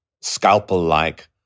scalpel-like